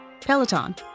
Peloton